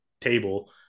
table